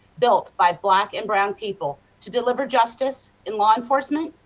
built by black and brown people, to deliver justice and law enforcement,